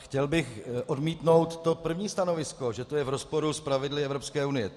Chtěl bych ale odmítnout to první stanovisko že je to v rozporu s pravidly Evropské unie.